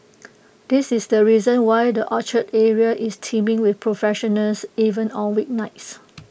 this is the reason why the Orchard area is teeming with professionals even on weeknights